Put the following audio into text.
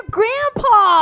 Grandpa